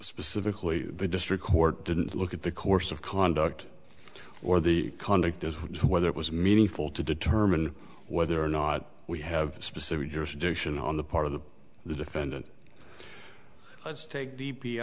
specifically the district court didn't look at the course of conduct or the conduct as to whether it was meaningful to determine whether or not we have a specific jurisdiction on the part of the the defendant let's take d p